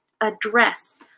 address